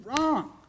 wrong